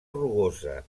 rugosa